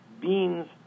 beans